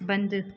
बंंदि